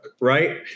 right